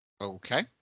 Okay